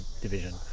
division